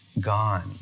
Gone